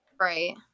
Right